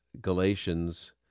Galatians